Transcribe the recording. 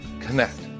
connect